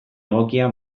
egokia